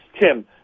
Tim